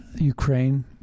Ukraine